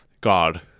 God